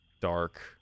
dark